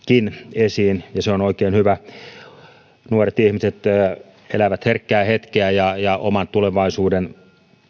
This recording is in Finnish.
esiin ja se on oikein hyvä nuoret ihmiset elävät herkkää hetkeä ja ja oman tulevaisuuden